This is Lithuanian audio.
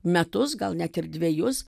metus gal net ir dvejus